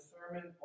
Sermon